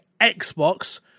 xbox